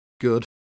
Good